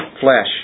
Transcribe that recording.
flesh